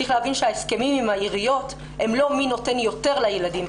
צריך להבין שההסכמים עם העיריות הם לא מי נותן יותר לילדים,